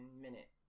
minute